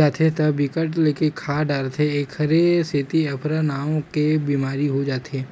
जाथे त बिकट के खा डारथे एखरे सेती अफरा नांव के बेमारी हो जाथे